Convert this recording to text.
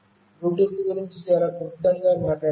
Bluetooth గురించి చాలా క్లుప్తంగా మాట్లాడతాను